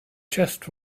chest